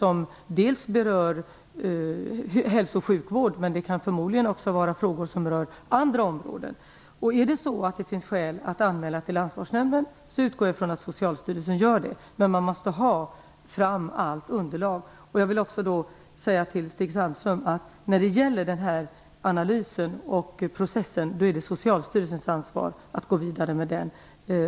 En del frågor berör hälso och sjukvård, men det kan förmodligen också förekomma frågor som rör andra områden. Finns det skäl att anmäla till ansvarsnämnden utgår jag från att Socialstyrelsen gör det. Men man måste ha fram allt underlag. Jag vill också säga till Stig Sandström att det är Socialstyrelsens ansvar att gå vidare med analysen och processen.